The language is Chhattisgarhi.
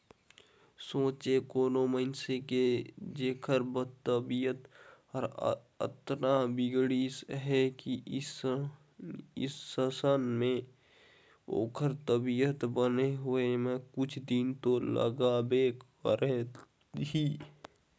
सोंचे कोनो मइनसे के जेखर तबीयत हर अतना बिगड़िस हे अइसन में ओखर तबीयत बने होए म कुछ दिन तो लागबे करही